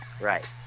right